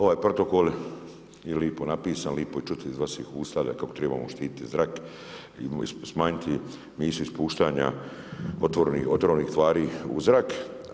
Ovaj Protokol je lipo napisan i lipo je čuti iz vaših usta kako trebamo štititi zrak i smanjiti emisiju ispuštanja otrovnih tvari u zrak.